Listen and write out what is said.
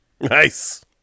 Nice